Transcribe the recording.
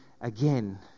again